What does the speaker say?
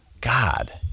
God